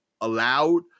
allowed